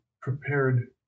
prepared